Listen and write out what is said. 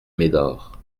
médor